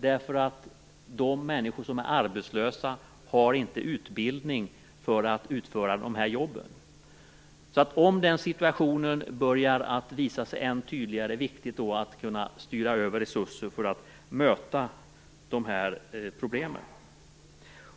därför att de människor som är arbetslösa inte har utbildning för att utföra jobben. Om en sådan situation håller på att uppstå är det viktigt att kunna styra över resurser för att möta de här problemen.